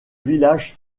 village